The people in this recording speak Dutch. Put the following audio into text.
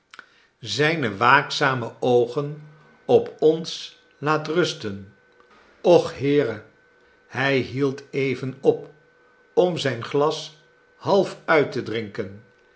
zijne waakzame oogen op ons laat rusten och heere hij hield even op om zijn glas half uit te drinken